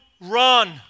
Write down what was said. run